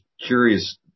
curious